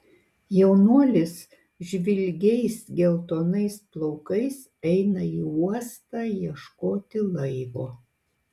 jaunuolis žvilgiais geltonais plaukais eina į uostą ieškoti laivo